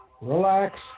relax